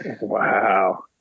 Wow